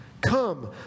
Come